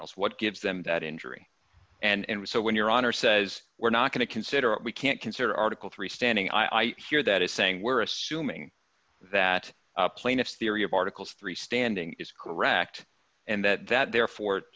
else what gives them that injury and so when your honor says we're not going to consider it we can't consider article three standing i hear that is saying we're assuming that the plaintiffs theory of articles three standing is correct and that that therefore it